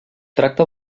tracta